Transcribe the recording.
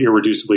irreducibly